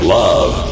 love